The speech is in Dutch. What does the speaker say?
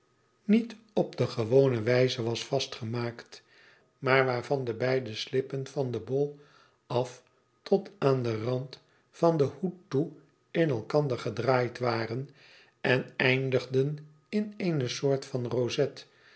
niet op de gewone wijze was vastgemaakt maar waarvan de beide slippen van den bol af tot aan den rand van den hoed toe in elkander gedraaid waren en eindigden in een soort van roset